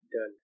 Done